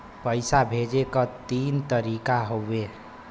पइसा भेजे क तीन तरीका हउवे